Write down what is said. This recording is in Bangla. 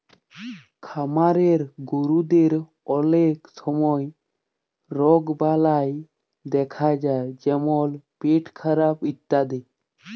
খামারের গরুদের অলক সময় রগবালাই দ্যাখা যায় যেমল পেটখারাপ ইত্যাদি